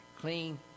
clean